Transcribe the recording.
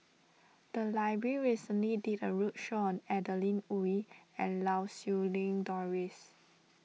the library recently did a roadshow on Adeline Ooi and Lau Siew Lang Doris